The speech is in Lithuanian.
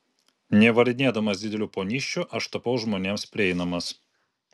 nevarinėdamas didelių ponysčių aš tapau žmonėms prieinamas